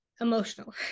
Emotional